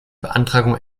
beantragung